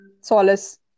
solace